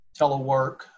telework